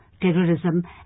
terrorism